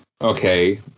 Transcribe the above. okay